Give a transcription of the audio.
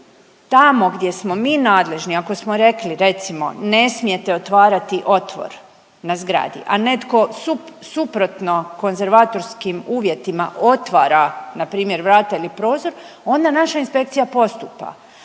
tamo gdje smo mi nadležni, ako smo rekli recimo ne smijete otvarati otvor na zgradi, a netko sup… suprotno konzervatorskim uvjetima otvara npr. vrata ili prozor onda naša inspekcija postupa,